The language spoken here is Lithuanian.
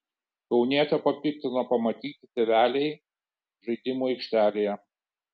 kaunietę papiktino pamatyti tėveliai žaidimų aikštelėje